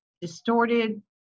distorted